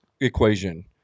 equation